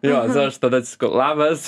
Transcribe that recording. jo aš tada atsisuku labas